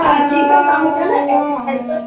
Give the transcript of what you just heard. हा ठीकु आहे तव्हां मूंखे न एड्रेस